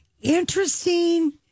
interesting